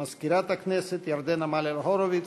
מזכירת הכנסת ירדנה מלר-הורוביץ,